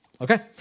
okay